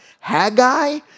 Haggai